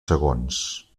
segons